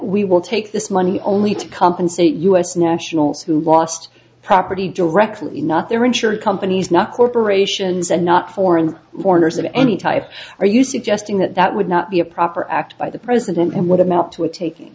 we will take this money only to compensate u s nationals who lost property directly not their insurance companies not corporations and not foreign foreigners of any type are you suggesting that that would not be a proper act by the president and what amounted to a taking